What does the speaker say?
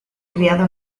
criado